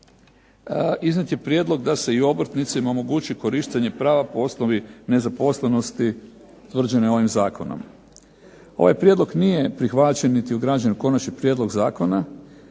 iznijet je prijedlog da se i obrtnicima omogući korištenje prava po osnovi nezaposlenosti utvrđene ovim zakonom. Ovaj prijedlog nije prihvaćen niti ugrađen u konačni prijedlog zakona,